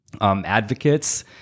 advocates